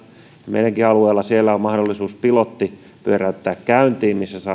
meidänkin alueella on mahdollisuus pilotti pyöräyttää käyntiin missä